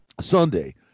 Sunday